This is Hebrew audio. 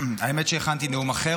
האמת שהכנתי נאום אחר,